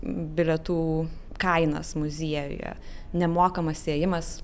bilietų kainas muziejuje nemokamas įėjimas